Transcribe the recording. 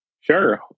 Sure